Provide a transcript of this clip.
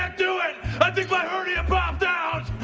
do it. i think my hernia popped out.